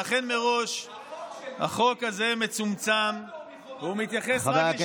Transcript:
למרות שמדובר בזכויות מאוד בסיסיות, חברי הכנסת.